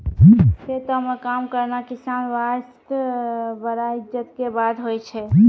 खेतों म काम करना किसान वास्तॅ बड़ा इज्जत के बात होय छै